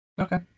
Okay